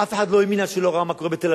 אף אחד לא האמין עד שלא ראה מה קורה בתל-אביב.